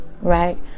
right